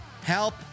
help